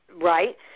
right